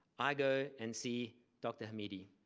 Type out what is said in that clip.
i go and see dr. hamidi.